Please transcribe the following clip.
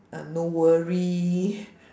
ah no worry